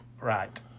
Right